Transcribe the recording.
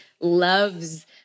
loves